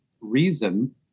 reason